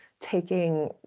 taking